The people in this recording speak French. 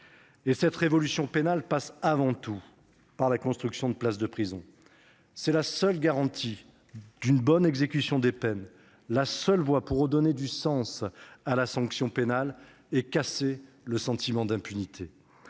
Cette révolution pénale passe avant tout par la construction de places de prison. C'est la seule garantie d'une bonne exécution des peines, la seule voie pour redonner du sens à la sanction pénale et mettre fin au sentiment d'impunité.